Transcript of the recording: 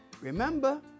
Remember